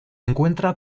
encuentra